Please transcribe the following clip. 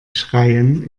schreien